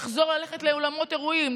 נחזור ללכת לאולמות אירועים,